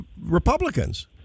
republicans